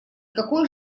какой